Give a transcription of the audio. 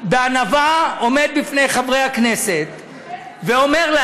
בענווה עומד בפני חברי הכנסת ואומר: